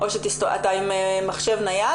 התכנית המקורית תוכננה